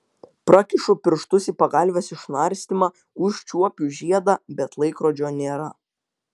prakišu pirštus į pagalvės išnarstymą užčiuopiu žiedą bet laikrodžio nėra